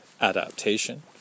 adaptation